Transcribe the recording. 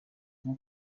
nko